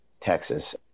Texas